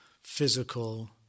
physical